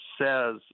says